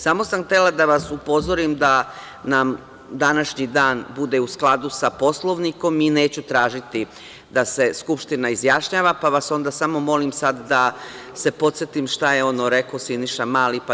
Samo sam htela da vas upozorim da nam današnji dan bude u skladu sa Poslovnikom i neću tražiti da se Skupština izjašnjava, pa, vas onda molim sad da se podsetim šta je ono rekao Siniša Mali, pa da njemu repliciram.